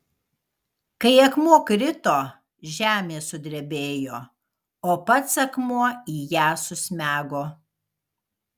kai akmuo krito žemė sudrebėjo o pats akmuo į ją susmego